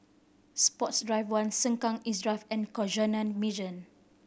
Sports Drive One Sengkang East Drive and Canossian Mission